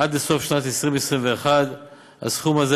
עד סוף שנת 2021-2020. הסכום הזה,